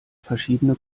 verschiedene